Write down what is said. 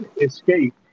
escape